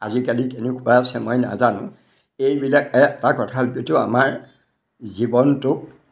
আজিকালি তেনেকুৱা আছে মই নাজানো এইবিলাক এটা কথা যদিও আমাৰ জীৱনটোক